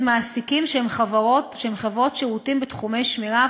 מעסיקים שהם חברות שירותים בתחומי שמירה,